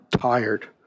tired